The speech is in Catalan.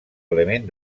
element